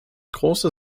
große